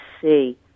see